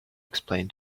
explain